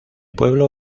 pueblo